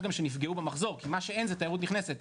שנפגעו במחזור כי מה שאין זו תיירות נכנסת.